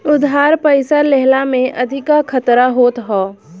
उधार पईसा लेहला में अधिका खतरा होत हअ